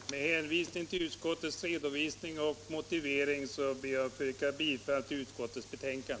Herr talman! Med hänvisning till utskottets redovisning och motivering ber jag att få yrka bifall till utskottets hemställan.